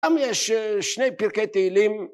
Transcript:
גם יש שני פרקי תהילים